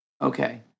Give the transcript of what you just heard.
Okay